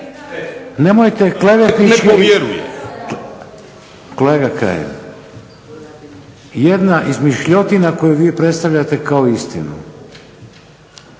se ne razumije./… Kolega Kajin, jedna izmišljotina koju vi predstavljate kao istinu.